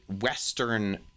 Western